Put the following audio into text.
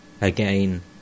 Again